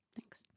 Thanks